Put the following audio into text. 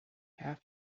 have